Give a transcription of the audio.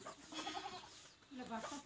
पैसा दूसरे के खाता में केना भेजबे?